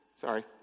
sorry